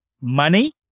money